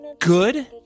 good